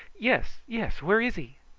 yes, yes, where is he?